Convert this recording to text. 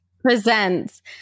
presents